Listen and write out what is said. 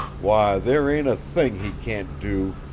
why, there ain't a thing he can't do,